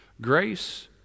grace